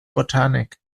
botanik